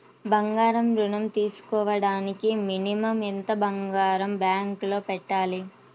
బంగారం ఋణం తీసుకోవడానికి మినిమం ఎంత బంగారం బ్యాంకులో పెట్టాలి?